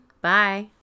Bye